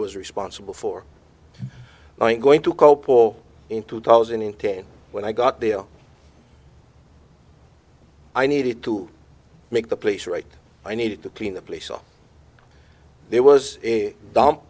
was responsible for my going to cope or in two thousand and ten when i got there i needed to make the place right i needed to clean the place up there was a dum